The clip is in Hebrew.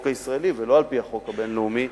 הישראלי ולא על-פי החוק הבין-לאומי,